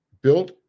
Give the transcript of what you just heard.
Built